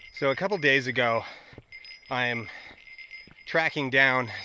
so a couple days ago i'm tracking down